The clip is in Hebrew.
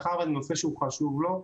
מאחר וזה נושא שהוא חשוב לו,